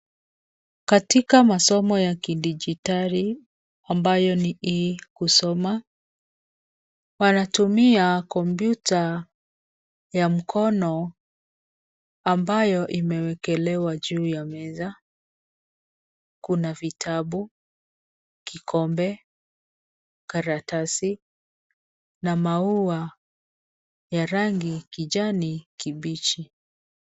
Katika masomo ya kidijitali ambayo ni e-kusoma. Wanatumia kompyuta ya mkono ambayo imewekelewa juu ya meza. Kuna vitabu, kikombe, karatasi na maua ya rangi kijani kibichi.